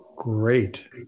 Great